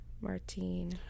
Martine